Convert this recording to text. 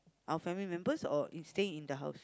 our family members or is staying the house